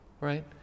right